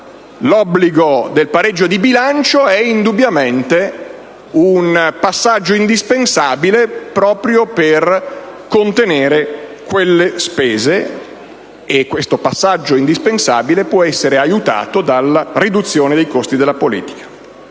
l'obbligo del pareggio di bilancio è indubbiamente un passaggio indispensabile proprio per contenere quelle spese e a sua volta può essere agevolato dalla riduzione dei costi della politica.